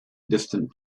distant